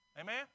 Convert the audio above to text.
Amen